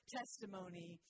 testimony